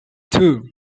two